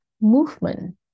movement